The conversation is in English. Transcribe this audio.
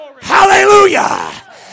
Hallelujah